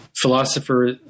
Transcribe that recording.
philosopher